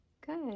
good